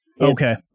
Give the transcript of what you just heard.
okay